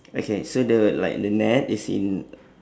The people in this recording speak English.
okay so the like the net is in